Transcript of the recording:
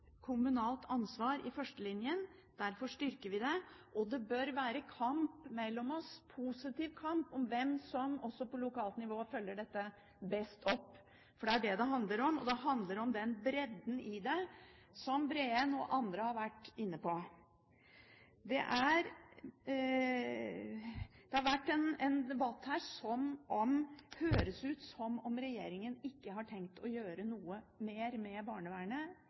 kommunalt ansvar i førstelinjen, derfor styrker vi det, og det bør være kamp mellom oss – en positiv kamp – om hvem som også på lokalt nivå følger dette best opp. Det er dette det handler om. Det handler om bredden i det, som Breen og andre har vært inne på. Det har vært en debatt her der det høres ut som om regjeringen ikke har tenkt å gjøre noe mer med barnevernet